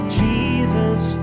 jesus